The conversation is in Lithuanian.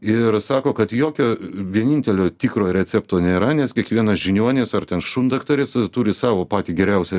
ir sako kad jokio vienintelio tikro recepto nėra nes kiekvienas žiniuonis ar ten šundaktaris turi savo patį geriausią